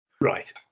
Right